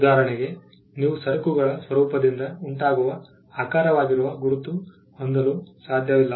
ಉದಾಹರಣೆಗೆ ನೀವು ಸರಕುಗಳ ಸ್ವರೂಪದಿಂದ ಉಂಟಾಗುವ ಆಕಾರವಾಗಿರುವ ಗುರುತು ಹೊಂದಲು ಸಾಧ್ಯವಿಲ್ಲ